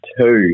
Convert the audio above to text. two